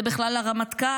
זה בכלל הרמטכ"ל,